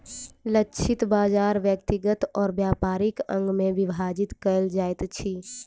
लक्षित बाजार व्यक्तिगत और व्यापारिक अंग में विभाजित कयल जाइत अछि